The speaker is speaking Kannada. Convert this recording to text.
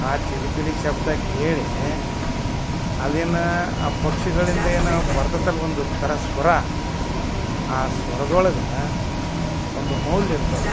ಆ ಚಿಲಿಪಿಲಿ ಶಬ್ದ ಕೇಳಿ ಅದೇನೋ ಆ ಪಕ್ಷಿಗಳಿಂದೇನೋ ಬರ್ತದಲ್ಲ ಒಂದು ಥರ ಸ್ವರ ಆ ಸ್ವರ್ದೊಳ್ಗೆ ಒಂದು ಮೌಲ್ಯ ಇರ್ತದೆ